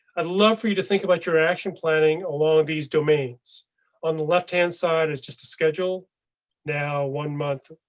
i'd love for you to think about your action planning along these domains on the left hand side is just a schedule now. one month,